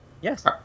Yes